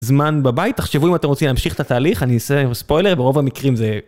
זמן בבית, תחשבו אם אתם רוצים להמשיך את התהליך, אני אעשה... ספוילר, ברוב המקרים זה...